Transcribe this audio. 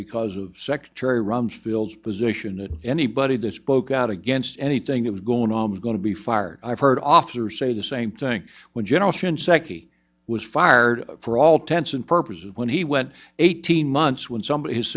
because of secretary rumsfeld's position that anybody this spoke out against anything that was going on was going to be fired i've heard officers say the same thing when general shinseki was fired for all tense and purposes when he went eighteen months when somebody